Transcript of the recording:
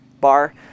bar